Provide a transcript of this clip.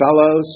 fellows